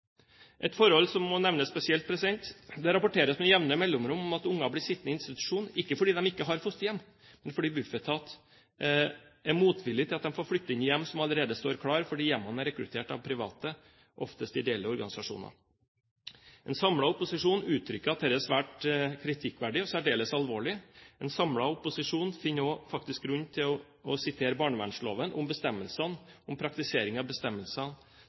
Et forhold som må nevnes spesielt: Det rapporteres med jevne mellomrom at unger blir sittende i institusjon – ikke fordi de ikke har fosterhjem, men fordi Bufetat er motvillig til at de får flytte inn i hjem som allerede står klare fordi hjemmene er rekruttert av private – oftest ideelle – organisasjoner. En samlet opposisjon uttrykker at dette er svært kritikkverdig og særdeles alvorlig. En samlet opposisjon finner faktisk også grunn til å vise til barnevernslovens bestemmelse – praktiseringen av den – om